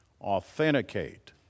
authenticate